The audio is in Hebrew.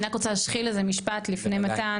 אני רק רוצה להשחיל מילה לפני מתן.